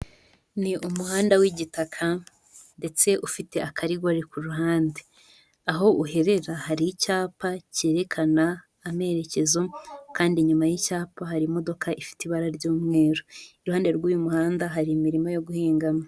Ni umuhanda w'igitaka ndetse ufite akarigore ku ruhande, aho uherera hari icyapa cyerekana amerekezo kandi inyuma y'icyapa hari imodoka ifite ibara ry'umweru, iruhande rw'uyu muhanda hari imirima yo guhingamo.